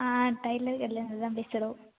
ஆ tailor கடையிலேருந்துதான் பேசுகிறோம்